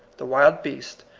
the wild beasts,